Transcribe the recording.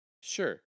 Sure